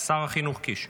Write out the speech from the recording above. שתמונותיהם נמצאות כאן לנגד